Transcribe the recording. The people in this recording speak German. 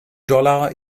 dollar